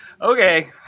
Okay